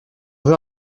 veux